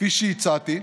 כפי שהצעתי,